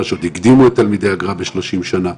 והקדימו את תלמידי הגר"א ב-30 שנה.